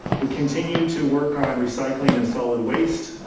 we continue to work on recycling and solid waste.